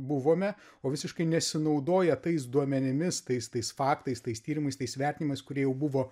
buvome o visiškai nesinaudoja tais duomenimis tais tais faktais tais tyrimais tai vertinimais kurie jau buvo